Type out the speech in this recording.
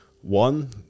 One